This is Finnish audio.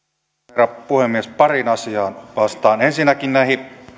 herra puhemies pariin asiaan vastaan ensinnäkin näihin